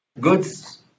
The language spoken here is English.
goods